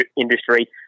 industry